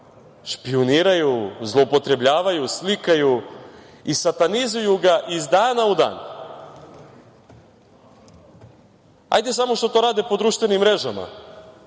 špijuniraju, zloupotrebljavaju, slikaju i satanizuju ga iz dana u dan. Hajde samo što to rade po društvenim mrežama,